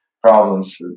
problems